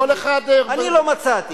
לכל אחד, אני לא מצאתי.